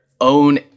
own